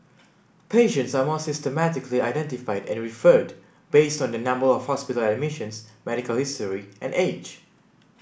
patients are more systematically identified and referred based on their number of hospital admissions medical history and age